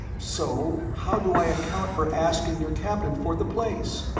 so how do i account for asking your captain for the place?